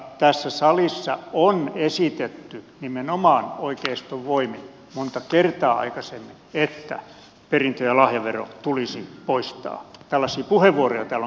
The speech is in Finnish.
tässä salissa on esitetty nimenomaan oikeiston voimin monta kertaa aikaisemmin että perintö ja lahjavero tulisi poistaa tällaisia puheenvuoroja täällä on käytetty